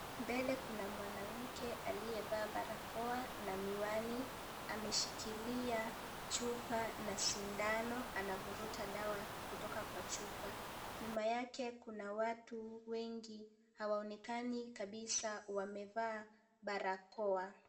Mbele, kuna mwanamke aliyevaa barakoa na miwani. Ameshikilia chupa na sindano anavuruta dawa kutoka kwa chupa. Nyuma yake kuna watu wengi hawaonekani kabisa wamevaa barakoa.